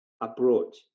approach